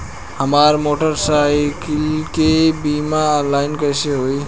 हमार मोटर साईकीलके बीमा ऑनलाइन कैसे होई?